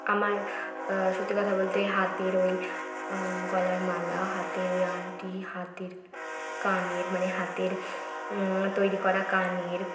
আমার সত্যি কথা বলতে হাতের ওই গলার মালা হাতের ওই আংটি হাতের কানের মানে হাতের তৈরি করা কানের